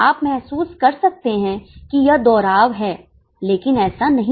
आप महसूस कर सकते हैं कि यह दोहराव है लेकिन ऐसा नहीं है